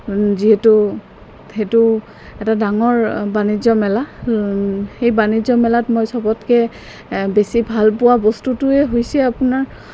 যিহেতু সেইটো এটা ডাঙৰ বাণিজ্য মেলা সেই বাণিজ্য মেলাত মই চবতকৈ বেছি ভাল পোৱা বস্তুটোৱে হৈছে আপোনাৰ